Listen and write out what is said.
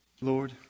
Lord